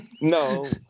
No